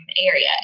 area